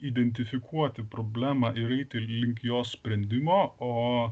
identifikuoti problemą ir eiti link jos sprendimo o